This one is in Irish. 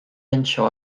anseo